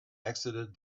exited